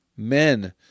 Men